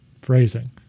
Phrasing